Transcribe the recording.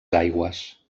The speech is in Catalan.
aigües